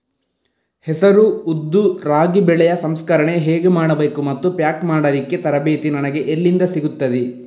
ಹೆಸರು, ಉದ್ದು, ರಾಗಿ ಬೆಳೆಯ ಸಂಸ್ಕರಣೆ ಹೇಗೆ ಮಾಡಬೇಕು ಮತ್ತು ಪ್ಯಾಕ್ ಮಾಡಲಿಕ್ಕೆ ತರಬೇತಿ ನನಗೆ ಎಲ್ಲಿಂದ ಸಿಗುತ್ತದೆ?